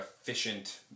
efficient